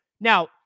Now